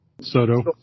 Soto